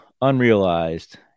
unrealized